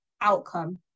outcome